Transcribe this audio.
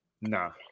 No